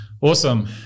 Awesome